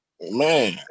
Man